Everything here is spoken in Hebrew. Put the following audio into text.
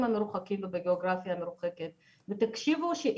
המרוחקים ובגיאוגרפיה המרוחקת ותקשיבו לי שאני אומרת